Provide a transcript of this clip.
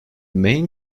main